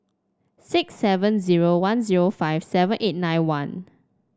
six seven zero one zero five seven eight nine one